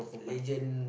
legend